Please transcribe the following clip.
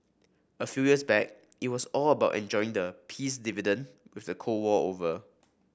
a few years back it was all about enjoying the peace dividend with the Cold War over